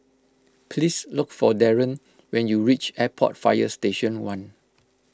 please look for Darien when you reach Airport Fire Station one